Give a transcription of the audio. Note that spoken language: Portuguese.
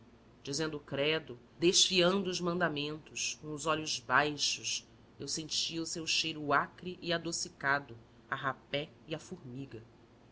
o credo desfiando os mandamentos com os olhos baixos eu sentia o seu cheiro acre e adocicado a rapé e a formiga